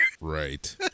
Right